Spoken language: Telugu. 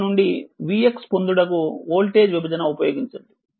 5 నుండి vx పొందుటకు వోల్టేజ్ విభజన ఉపయోగించండి